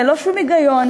ללא שום היגיון,